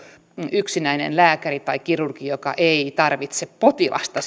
yksinäinen lääkäri tai kirurgi joka ei tarvitse potilasta